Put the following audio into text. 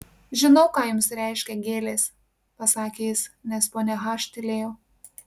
žinau ką jums reiškia gėlės pasakė jis nes ponia h tylėjo